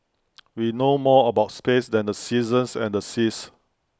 we know more about space than the seasons and the seas